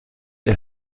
son